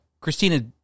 Christina